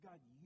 God